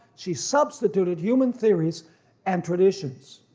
she substituted human theories and traditions.